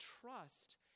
trust